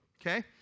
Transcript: Okay